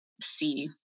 see